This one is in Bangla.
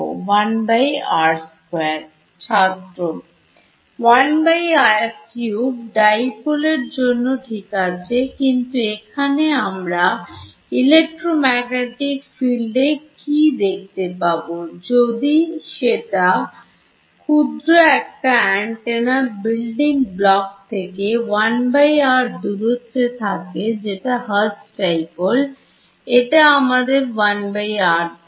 1r2 1r3 Dipole এর জন্য ঠিক আছেকিন্তু এখানে আমরা Electromagnetic Fields এ কি দেখতে পাবো যদি সেটা ক্ষুদ্র একটা অ্যান্টেনার বিল্ডিং ব্লক থেকে 1r দূরত্বে থাকে যেটা Hertz Dipole এটা আমাদের 1r দেবে